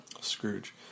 Scrooge